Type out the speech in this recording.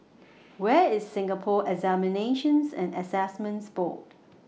Where IS Singapore Examinations and Assessments Board